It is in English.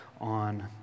on